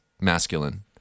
masculine